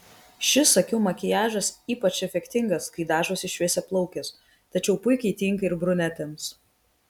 šis akių makiažas ypač efektingas kai dažosi šviesiaplaukės tačiau puikiai tinka ir brunetėms